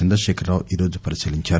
చంద్రశేఖరరావు ఈ రోజు పరిశీలించారు